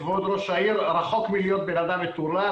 כבוד ראש-העיר, רחוק מלהיות בן אדם מטורלל.